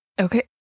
okay